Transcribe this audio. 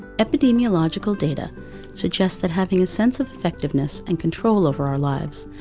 epidemiological data suggest that having a sense of effectiveness and control over our lives,